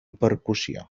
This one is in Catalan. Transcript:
percussió